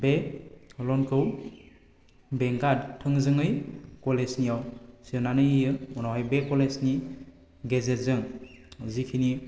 बे लनखौ बेंकआ थोंजोङै कलेजनियाव सोनानै होयो उनावहाय बे कलेजनि गेजेरजों जेखिनि